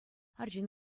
арҫын